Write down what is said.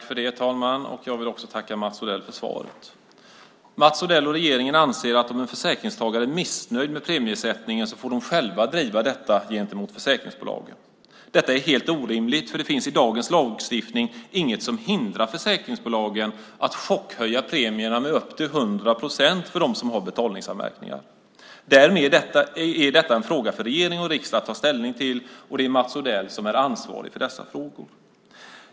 Fru talman! Jag tackar Mats Odell för svaret. Mats Odell och regeringen anser att om försäkringstagare är missnöjda med premiesättningen får de själva driva detta gentemot försäkringsbolagen. Detta är helt orimligt eftersom det i dagens lagstiftning inte finns någonting som hindrar försäkringsbolagen att chockhöja premierna med upp till 100 procent för dem som har betalningsanmärkningar. Därmed är detta en fråga för regering och riksdag att ta ställning till, och det är Mats Odell som är ansvarig för dessa frågor.